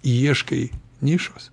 ieškai nišos